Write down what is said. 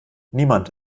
niemand